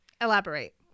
Elaborate